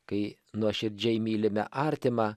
kai nuoširdžiai mylime artimą